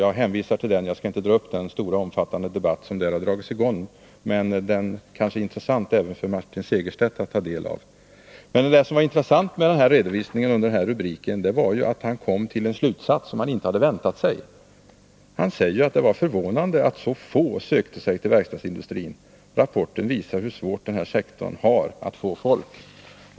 Jag hänvisar till den och skall inte ta upp den stora och omfattande diskussion som där har dragits i gång — men den är kanske intressant även för Martin Segerstedt att ta del av. Det som var intressant i den här redovisningen var att arbetsförmedlaren kom fram till en slutsats som han inte hade väntat sig. Han säger att det var förvånande att så få sökte sig till verkstadsindustrin och att rapporten visar hur svårt den här sektorn har att få folk.